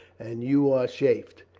and you are chafed.